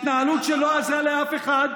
התנהלות שלא עזרה לאף אחד